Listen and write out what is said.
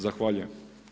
Zahvaljujem.